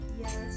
Yes